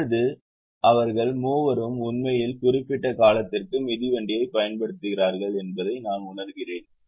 இப்போது அவர்கள் மூவரும் உண்மையில் குறிப்பிட்ட காலத்திற்கு மிதிவண்டியைப் பயன்படுத்துகிறார்கள் என்பதை நான் உணர்கிறேன்